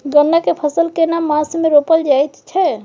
गन्ना के फसल केना मास मे रोपल जायत छै?